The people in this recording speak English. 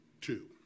Two